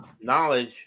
knowledge